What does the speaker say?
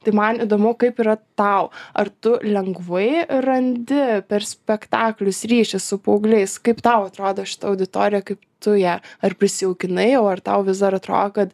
tai man įdomu kaip yra tau ar tu lengvai randi per spektaklius ryšį su paaugliais kaip tau atrodo šita auditorija kaip tu ją ar prisijaukinai o ar tau vis dar atrodo kad